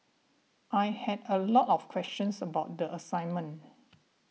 I had a lot of questions about the assignment